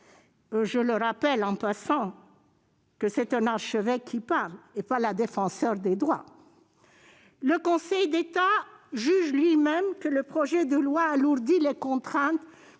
Je le rappelle, c'est un archevêque qui parle, pas la Défenseure des droits. Le Conseil d'État juge lui-même que « le projet de loi alourdit les contraintes